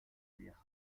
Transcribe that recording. vieja